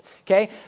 okay